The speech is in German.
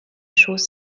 schoß